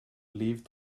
leave